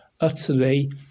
utterly